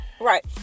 Right